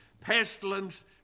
pestilence